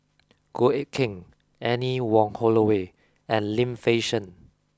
Goh Eck Kheng Anne Wong Holloway and Lim Fei Shen